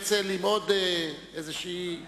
פה אנחנו צריכים הרצל עם עוד איזה פיתוח.